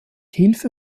hilfe